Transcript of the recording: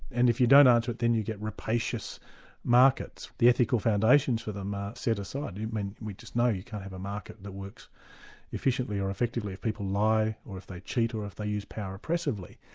and if you don't answer it, then you get rapacious markets. the ethical foundations for them are set aside, but and we just know you can't have a market that works efficiently or effectively if people lie or if they cheat or if they use power oppressively.